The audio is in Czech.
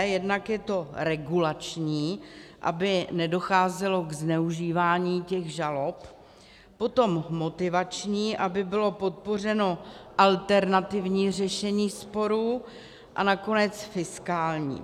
Jednak je to regulační, aby nedocházelo ke zneužívání žalob, potom motivační, aby bylo podpořeno alternativní řešení sporů, a nakonec fiskální.